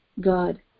God